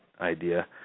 idea